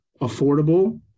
affordable